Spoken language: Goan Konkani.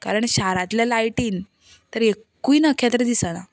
कारण शारांतल्या लायटीन तर एकूय नखेत्र दिसना